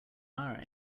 are